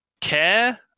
care